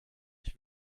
ich